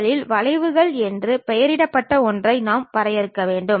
முதலில் வளைவுகள் என்று பெயரிடப்பட்ட ஒன்றை நாம் வரையறுக்க வேண்டும்